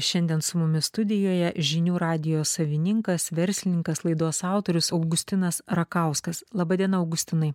šiandien su mumis studijoje žinių radijo savininkas verslininkas laidos autorius augustinas rakauskas laba diena augustinai